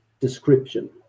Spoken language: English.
description